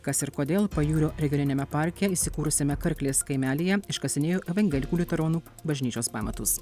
kas ir kodėl pajūrio regioniniame parke įsikūrusiame karklės kaimelyje iškasinėjo evangelikų liuteronų bažnyčios pamatus